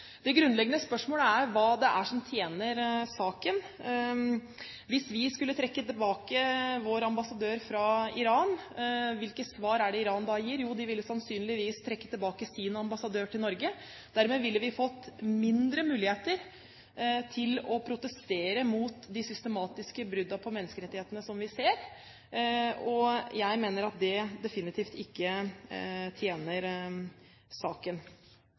Det grunnleggende spørsmålet er: Hva er det som tjener saken? Hvis vi skulle trekke tilbake vår ambassadør fra Iran, hvilket svar gir da Iran? Jo, de ville sannsynligvis trekke tilbake sin ambassadør til Norge. Dermed ville vi fått mindre muligheter til å protestere mot de systematiske bruddene på menneskerettighetene som vi ser, og jeg mener at det definitivt ikke tjener saken.